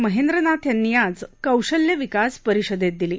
महेंद्र नाथ यांनी आज कौशल्य विकास परिषदेत दिली